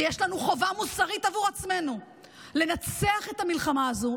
ויש לנו חובה מוסרית עבור עצמנו לנצח את המלחמה הזו,